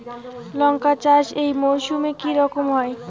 লঙ্কা চাষ এই মরসুমে কি রকম হয়?